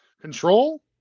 Control